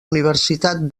universitat